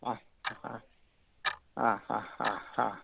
ആ ആ ആ ആ ആ ആ ആ